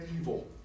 evil